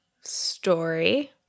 story